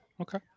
Okay